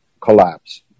collapse